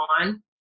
on